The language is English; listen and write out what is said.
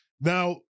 Now